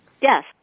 Yes